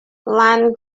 land